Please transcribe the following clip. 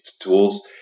tools